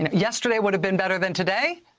and yesterday would have been better than today.